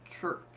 church